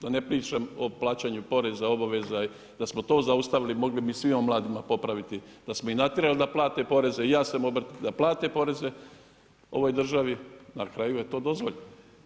Da ne pričam o plaćanju, poreza, obaveza i da smo to zaustavili mogli bi svima mladima popraviti, da smo ih natjerali da plate poreze, i ja sam obrtnik, da plate poreze ovoj državi, na kraju je to dozvoljeno.